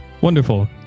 Wonderful